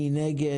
מי נגד?